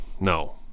No